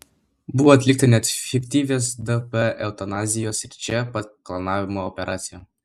buvo atlikta net fiktyvios dp eutanazijos ir čia pat klonavimo operacija